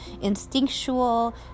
instinctual